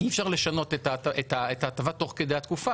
אי אפשר לשנות את ההטבה תוך כדי התקופה